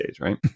right